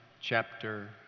chapter